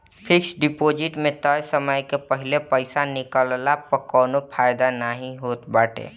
fix deposit में तय समय के पहिले पईसा निकलला पअ कवनो फायदा नाइ होत बाटे